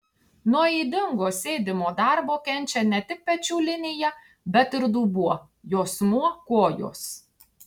nuo ydingo sėdimo darbo kenčia ne tik pečių linija bet ir dubuo juosmuo kojos